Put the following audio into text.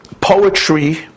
poetry